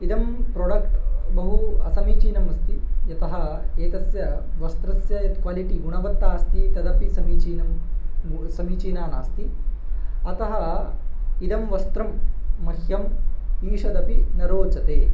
इदं प्रोडक्ट् बहु असमीचीनम् अस्ति यतः एतस्य वस्त्रस्य यत् क्वालिटि गुणवत्ता यदस्ति तदपि समीचीनं समीचीना नास्ति अतः इदं वस्त्रं मह्यम् ईषदपि न रोचते